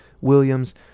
Williams